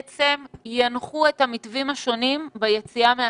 שינחו את המתווים השונים ביציאה מהסגר.